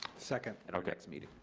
second. at our next meeting.